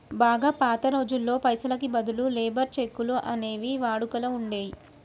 బాగా పాత రోజుల్లో పైసలకి బదులు లేబర్ చెక్కులు అనేవి వాడుకలో ఉండేయ్యి